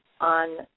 on